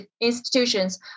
institutions